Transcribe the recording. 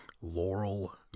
laurel